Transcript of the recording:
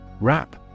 Wrap